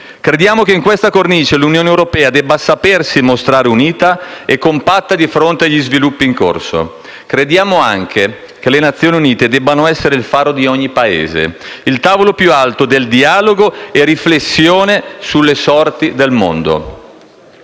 Crediamo che, in questa cornice, l'Unione europea debba sapersi mostrare unità e compatta di fronte agli sviluppi in corso e crediamo anche che le Nazioni Unite debbano essere il faro di ogni Paese, il tavolo più alto del dialogo e della riflessione sulle sorti del mondo.